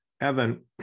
Evan